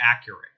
accurate